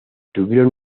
tuvieron